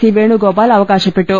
C Venugopal അവകാശപ്പെട്ടു